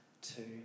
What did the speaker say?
two